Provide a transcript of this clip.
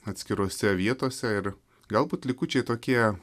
atskirose vietose ir galbūt likučiai tokie